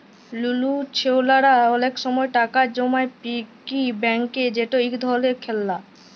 লুলু ছেইলারা অলেক সময় টাকা জমায় পিগি ব্যাংকে যেট ইক ধরলের খেললা